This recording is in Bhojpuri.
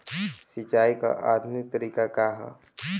सिंचाई क आधुनिक तरीका का ह?